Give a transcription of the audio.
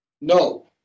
No